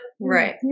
right